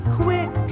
quick